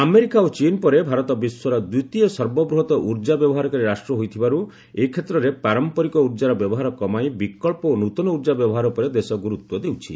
America ଓ ଚୀନ୍ ପରେ ଭାରତ ବିଶ୍ୱର ତୃତୀୟ ସର୍ବବୃହତ ଉର୍ଜା ବ୍ୟବହାରକାରୀ ରାଷ୍ଟ୍ର ହୋଇଥିବାରୁ ଏ କ୍ଷେତ୍ରରେ ପାରମ୍ପରିକ ଉର୍ଜାର ବ୍ୟବହାର କମାଇ ବିକଳ୍ପ ଓ ନୂତନ ଉର୍ଜା ବ୍ୟବହାର ଉପରେ ଦେଶ ଗୁରୁତ୍ୱ ଦେଉଛି